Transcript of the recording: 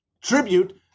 tribute